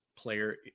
player